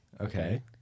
Okay